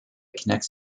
connects